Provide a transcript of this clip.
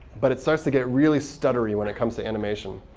but it starts to get really stuttery when it comes to animation.